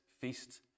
feast